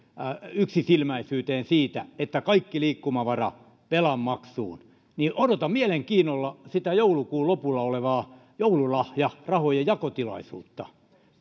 yksisilmäisyyteen siinä että kaikki liikkumavara velanmaksuun niin odotan mielenkiinnolla sitä joulukuun lopulla olevaa joululahjarahojen jakotilaisuutta